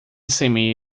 semeia